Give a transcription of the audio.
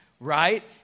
Right